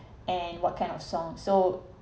and what kind of songs so